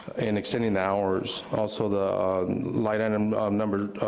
and extending the hours. also the line item number, ah,